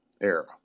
era